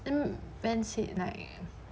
uh ben said like